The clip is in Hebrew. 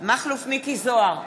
מכלוף מיקי זוהר,